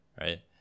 right